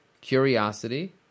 curiosity